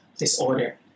disorder